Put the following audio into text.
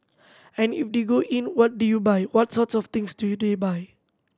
and if they go in what do you buy what sort of things do they buy